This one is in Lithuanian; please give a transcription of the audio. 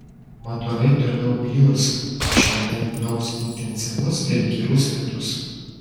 mat orai toliau bjurs šiandien pliaups intensyvus ir įkyrus lietus